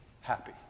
happy